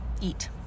eat